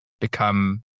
become